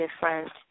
different